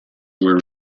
where